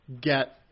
get